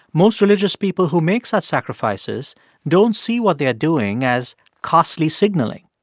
most religious people who make such sacrifices don't see what they're doing as costly signaling.